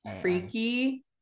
Freaky